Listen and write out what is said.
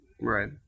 right